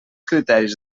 criteris